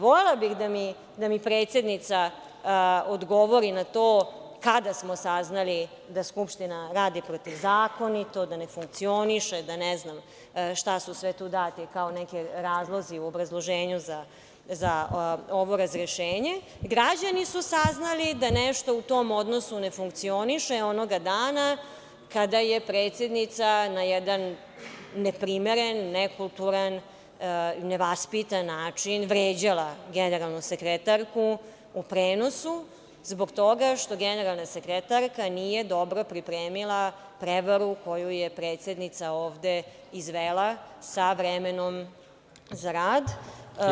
Volela bih da mi predsednica odgovori na to kada smo saznali da Skupština radi protivzakonito, da ne funkcioniše, ne znam šta su sve dati kao razlozi u obrazloženju za ovo razrešenje, građani su saznali da nešto u tom odnosu ne funkcioniše onog dana kada je predsednica na jedan neprimeren, nekulturan, nevaspitan način vređala generalnu sekretarku u prenosu, zbog toga što generalna sekretarka nije dobro pripremila prevaru koju je predsednica ovde izvela, sa vremenom za rad.